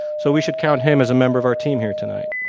so we should count him as a member of our team here tonight.